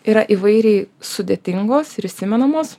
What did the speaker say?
yra įvairiai sudėtingos ir įsimenamos